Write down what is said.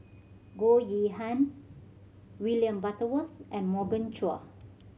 Goh Yihan William Butterworth and Morgan Chua